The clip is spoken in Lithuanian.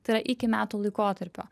tai yra iki metų laikotarpio